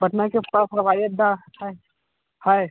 पटना के पास हवाई अड्डा है है